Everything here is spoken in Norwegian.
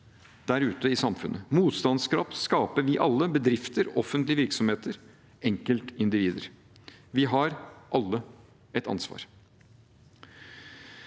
der ute i samfunnet. Motstandskraft skaper vi alle – bedrifter, offentlige virksomheter og enkeltindivider. Vi har alle et ansvar.